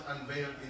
unveiled